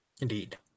Indeed